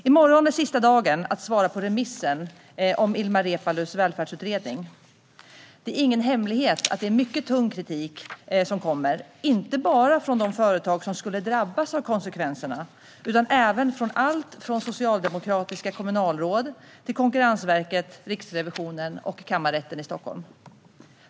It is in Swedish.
I morgon är sista dagen att svara på remissen om Ilmar Reepalus välfärdsutredning. Det är ingen hemlighet att det är mycket tung kritik som kommer, inte bara från de företag som skulle drabbas av konsekvenserna utan även från allt från socialdemokratiska kommunalråd till Konkurrensverket, Riksrevisionen och Kammarrätten i Stockholm.